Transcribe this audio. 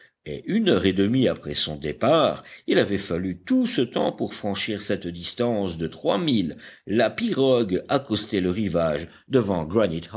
et une heure et demie après son départ il avait fallu tout ce temps pour franchir cette distance de trois milles la pirogue accostait le rivage devant